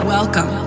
Welcome